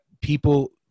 people